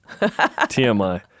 TMI